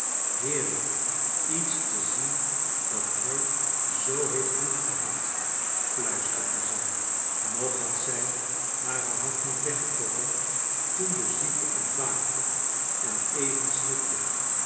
heerlijk iets te zien dat hij zoo i heeft liefgehad fluisterde zij nog had zij hare hand niet weggetrokken toen de zieke ontwaakte en even schrikte